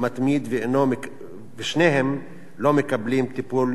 ושניהם לא מקבלים טיפול מתאים.